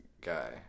guy